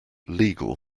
legal